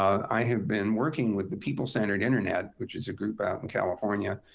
i have been working with the people-centered internet, which is a group out in california,